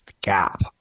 Gap